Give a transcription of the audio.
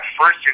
first